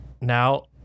Now